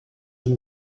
amb